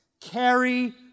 carry